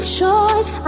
choice